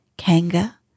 Kanga